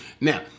Now